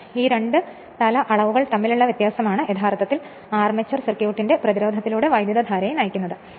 അതിനാൽ ഈ രണ്ട് തല അളവുകൾ തമ്മിലുള്ള വ്യത്യാസമാണ് യഥാർത്ഥത്തിൽ അർമേച്ചർ സർക്യൂട്ടിന്റെ പ്രതിരോധത്തിലൂടെ വൈദ്യുതധാരയെ നയിക്കുന്നത്